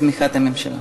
כן, זה בתמיכת הממשלה.